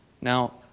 Now